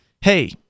hey